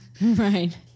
Right